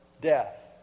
death